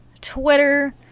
Twitter